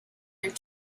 their